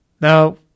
Now